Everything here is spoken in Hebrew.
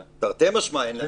תרתי משמע אין להם מושג ירוק.